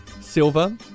Silver